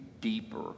deeper